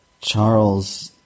Charles